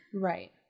Right